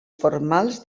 formals